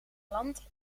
land